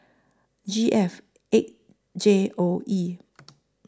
G F eight J O E